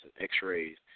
x-rays